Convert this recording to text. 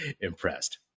impressed